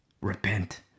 Repent